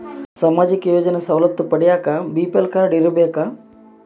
ಸಾಮಾಜಿಕ ಯೋಜನೆ ಸವಲತ್ತು ಪಡಿಯಾಕ ಬಿ.ಪಿ.ಎಲ್ ಕಾಡ್೯ ಇರಬೇಕಾ?